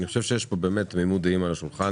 יש פה תמימות דעים סביב השולחן